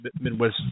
Midwest